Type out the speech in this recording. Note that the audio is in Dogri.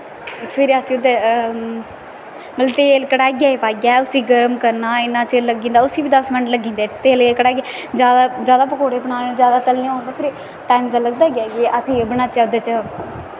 फिर अस ते मतलब तेल कड़ाइयै च पाइयै इन्ना टैम लग्गी जंदा उस्सी बी दस मिंट लग्गी जंदे तेले गी कड़ाहिया जैदा पकौड़े बनाने होन जैदा तलनें होन ते टाईम ते लगदा गै ऐ अस एह् बनाचै एह्दै च